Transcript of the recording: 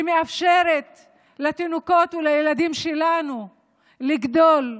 שמאפשרת לתינוקות ולילדים שלנו לגדול באווירה,